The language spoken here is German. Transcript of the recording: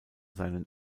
seinen